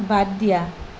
বাদ দিয়া